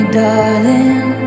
darling